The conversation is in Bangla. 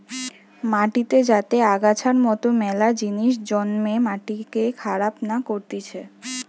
মাটিতে যাতে আগাছার মতন মেলা জিনিস জন্মে মাটিকে খারাপ না করতিছে